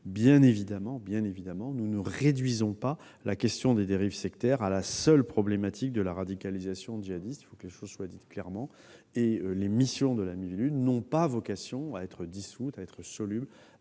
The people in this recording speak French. Bien évidemment, nous ne réduisons pas la question des dérives sectaires à la seule problématique de la radicalisation djihadiste ; que les choses soient dites clairement. Les missions de la Miviludes n'ont pas vocation à être dissoutes dans celles